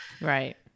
Right